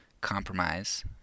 compromise